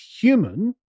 human